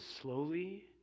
slowly